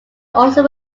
also